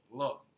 look